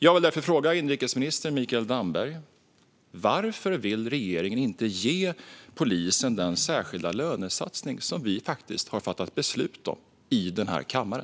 Jag vill därför fråga inrikesminister Mikael Damberg: Varför vill regeringen inte ge polisen den särskilda lönesatsning som vi har fattat beslut om i denna kammare?